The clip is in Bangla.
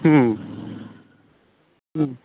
হুম হুঁ